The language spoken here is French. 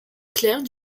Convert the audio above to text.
claire